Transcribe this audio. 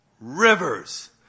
Rivers